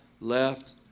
left